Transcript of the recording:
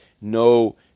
no